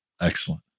Excellent